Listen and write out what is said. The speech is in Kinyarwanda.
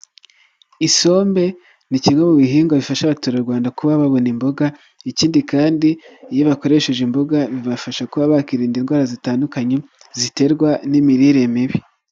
Isombe ni kimwe mu bihingwa bifasha abaturarwanda kuba babona imboga, ikindi kandi iyo bakoresheje imboga bibafasha kuba bakirinda indwara zitandukanye ziterwa n'imirire mibi.